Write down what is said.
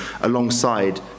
alongside